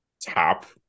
Top